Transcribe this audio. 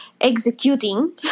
executing